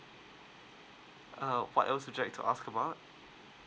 uh what else would you like to ask about